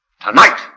Tonight